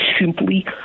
simply